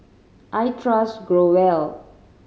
I trust Growell